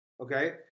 okay